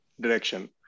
direction